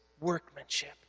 workmanship